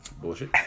bullshit